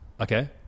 Okay